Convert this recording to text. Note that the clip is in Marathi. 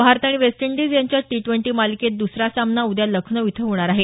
Bharat West Indies T twenty मालिकेत दुसरा सामना उद्या लखनौ इथं होणार आहे